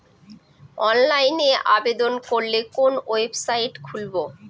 অনলাইনে আবেদন করলে কোন ওয়েবসাইট খুলব?